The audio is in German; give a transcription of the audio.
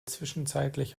zwischenzeitlich